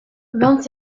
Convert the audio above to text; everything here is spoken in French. vingt